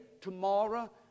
tomorrow